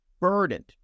burdened